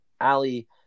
Ali